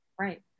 right